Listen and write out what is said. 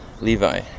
Levi